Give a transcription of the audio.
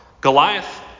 Goliath